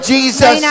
Jesus